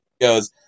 goes